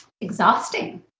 Exhausting